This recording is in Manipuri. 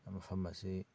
ꯃꯐꯝ ꯑꯁꯤ